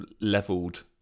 leveled